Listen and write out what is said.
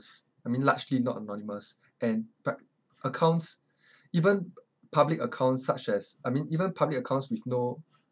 s~ I mean largely not anonymous and pu~ accounts even public accounts such as I mean even public accounts with no